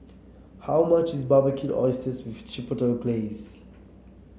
how much is Barbecued Oysters with Chipotle Glaze